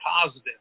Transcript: positive